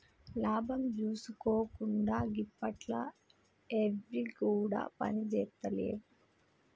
లాభం జూసుకోకుండ గిప్పట్ల ఎవ్విగుడ పనిజేత్తలేవు